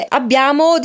abbiamo